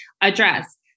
address